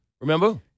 Remember